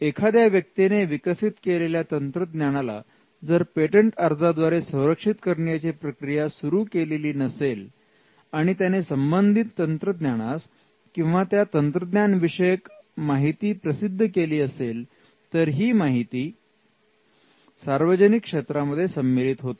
एखाद्या व्यक्तीने विकसित केलेल्या तंत्रज्ञानाला जर पेटंट अर्जाद्वारे संरक्षित करण्याची प्रक्रिया सुरू केलेली नसेल आणि त्याने संबंधित तंत्रज्ञानास किंवा त्या तंत्रज्ञान विषयक माहिती प्रसिद्ध केले असेल तर ही माहिती सार्वजनिक क्षेत्रामध्ये सम्मिलित होते